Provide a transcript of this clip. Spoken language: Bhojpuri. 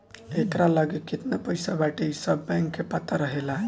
एकरा लगे केतना पईसा बाटे इ सब बैंक के पता रहेला